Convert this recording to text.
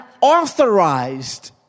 authorized